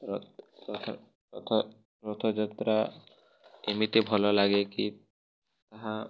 ଅର ରଥ ରଥ ରଥଯାତ୍ରା ଏମିତି ଭଲ ଲାଗେ କି ହଁ